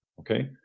Okay